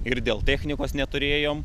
ir dėl technikos neturėjom